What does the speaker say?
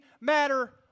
matter